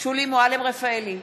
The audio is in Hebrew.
שולי מועלם-רפאלי,